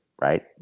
right